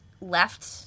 left